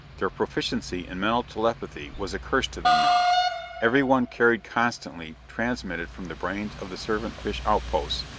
their proficiency in mental telepathy was a curse to them now every one carried constantly, transmitted from the brains of the servant-fish outposts,